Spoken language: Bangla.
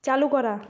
চালু করা